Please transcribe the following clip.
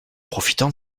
profitant